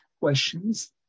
questions